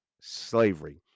slavery